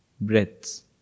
breaths